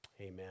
Amen